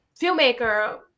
filmmaker